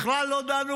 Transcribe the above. בכלל לא דנו